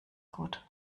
gut